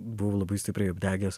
buvau labai stipriai apdegęs